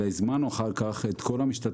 אלא שאחר כך גם הזמנו את כל המשתתפים